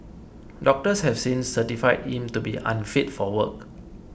doctors have since certified him to be unfit for work